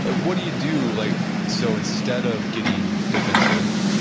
and what do you do? like so instead of getting defensive,